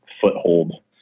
foothold